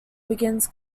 begins